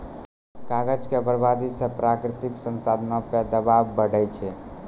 कागज के बरबादी से प्राकृतिक साधनो पे दवाब बढ़ै छै